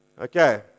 Okay